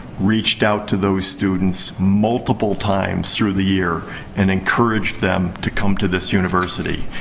reached out to those students multiple times through the year and encouraged them to come to this university.